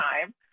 time